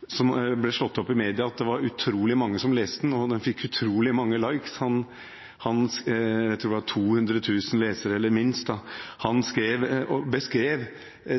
Det ble slått opp i media at det var utrolig mange som leste det, og det fikk utrolig mange «likes». Jeg tror det var minst 200 000 lesere. Han skrev